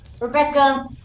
Rebecca